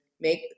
make